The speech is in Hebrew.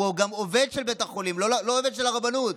הוא גם עובד של בית החולים, לא עובד של הרבנות.